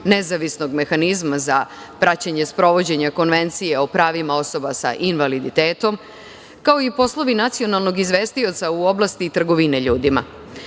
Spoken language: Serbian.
nezavisnog mehanizma za praćenje i sprovođenje Konvencije o pravima osoba sa invaliditetom, kao i poslovi nacionalnog izvestioca u oblasti trgovine ljudima.